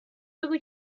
بگو